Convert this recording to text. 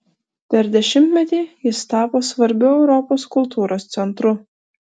per dešimtmetį jis tapo svarbiu europos kultūros centru